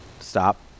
stop